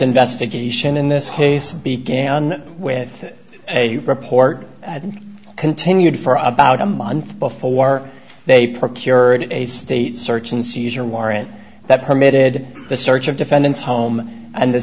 investigation in this case began with a report that continued for about a month before they procured a state search and seizure warrant that permitted the search of defendants home and the